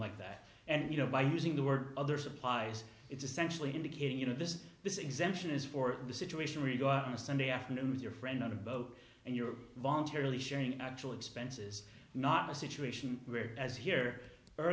like that and you know by using the word other supplies it's essentially indicating you know this is this exemption is for the situation where you go out on a sunday afternoon with your friend on a boat and you're voluntarily sharing actual expenses not a situation where as here